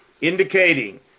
indicating